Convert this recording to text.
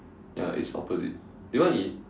ya it's opposite you want to eat